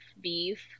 beef